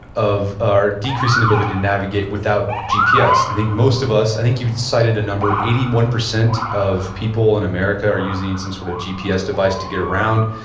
of our decreasing ability to navigate without gps. i think most of us, i think you cited the number eighty one percent of people in america are using some sort of gps device to get around.